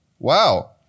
Wow